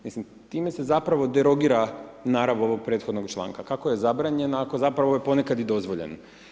Mislim, time se zapravo derogira narav ovog prethodnog članka, kako je zabranjen ako zapravo je ponekad i dozvoljen.